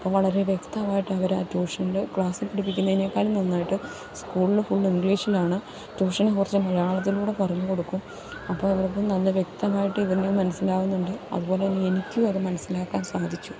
അപ്പം വളരെ വ്യക്തമായിട്ട് അവർ ആ ട്യൂഷന്റെ ക്ലാസ്സില് പഠിപ്പിക്കുന്നതിനെക്കാളും നന്നായിട്ട് സ്കൂളില് ഫുള്ള് ഇംഗ്ലീഷിലാണ് ട്യൂഷന് കുറച്ച് മലയാളത്തിലൂടെ പറഞ്ഞു കൊടുക്കും അപ്പം അവർക്കും നല്ല വ്യക്തമായിട്ട് ഇവന് മനസ്സിലാവുന്നുണ്ട് അതുപോലെത്തന്നെ എനിക്കും അത് മനസ്സിലാക്കാൻ സാധിച്ചു